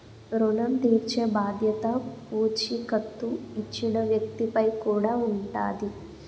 ఋణం తీర్చేబాధ్యత పూచీకత్తు ఇచ్చిన వ్యక్తి పై కూడా ఉంటాది